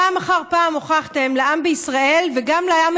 פעם אחר פעם הוכחתם לעם בישראל וגם לעם